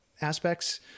aspects